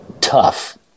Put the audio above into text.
tough